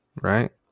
right